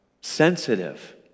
sensitive